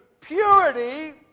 purity